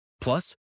Plus